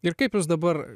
ir kaip jūs dabar